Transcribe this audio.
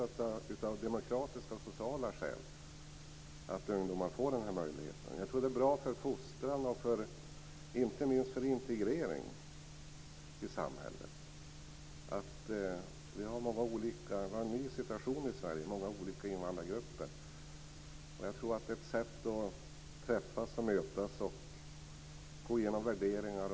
Jag tror att det av demokratiska och sociala skäl är viktigt att ungdomar får den här möjligheten. Jag tror att det är bra för fostran och inte minst för integreringen i samhället. Vi har en ny situation i Sverige med många olika invandrargrupper, och jag tror att detta är ett sätt att träffas och mötas och gå igenom värderingar.